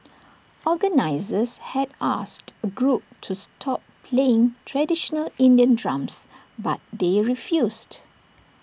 organisers had asked A group to stop playing traditional Indian drums but they refused